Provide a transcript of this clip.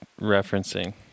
referencing